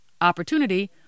Opportunity